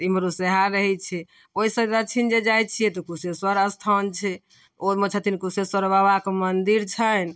तऽ एम्हरो सएह रहै छै ओहिसँ दच्छिन जे जाइ छिए तऽ कुशेश्वर अस्थान छै ओहिमे छथिन कुशेश्वर बाबाके मन्दिर छनि